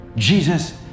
Jesus